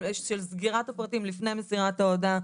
של סגירת הפרטים לפני מסירת ההודעה,